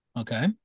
Okay